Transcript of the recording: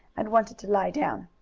and wanted to lie down.